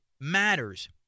matters